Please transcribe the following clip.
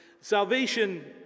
Salvation